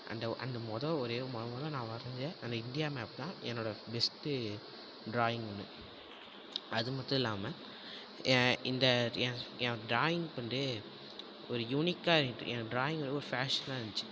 அந்த அந்த முதோ ஒரு முத முதோ நான் வரைஞ்ச அந்த இந்தியா மேப் தான் என்னோட பெஸ்ட்டு ட்ராயிங் ஒன்று அது மட்டும் இல்லாமல் ஏன் இந்த ஏன் ஏன் ட்ராயிங் வந்து ஒரு யூனிக்காக இருக்கு ஏன் ட்ராயிங்கில ஒரு ஃபேஷனாக இருந்துச்சு